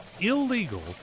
illegal